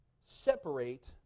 separate